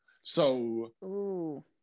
So-